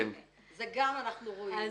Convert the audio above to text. זה גם אנחנו רואים.